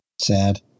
Sad